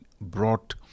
brought